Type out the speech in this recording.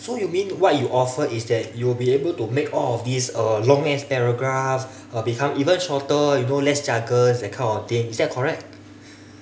so you mean what you offer is that you will be able to make all of these uh long ass paragraphs uh become even shorter you know less jargons that kind of thing is that correct